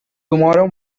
tomorrow